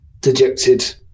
dejected